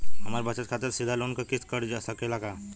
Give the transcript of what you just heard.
हमरे बचत खाते से सीधे लोन क किस्त कट सकेला का?